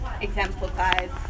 exemplifies